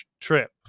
trip